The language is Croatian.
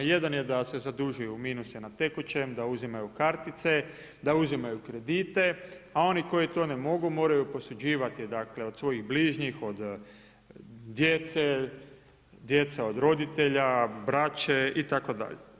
Jedan je da se zadužuju u minuse na tekućem, da uzimaju kartice, da uzimaju kredite, a oni koji to ne mogu moraju posuđivati dakle, od svojih bližnjih, od djece, djeca od roditelja, braće itd.